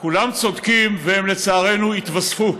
כולם צודקים, והם, לצערנו, התווספו,